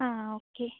ആ ആ ഓക്കെ